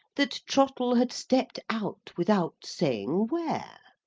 that trottle had stepped out without saying where.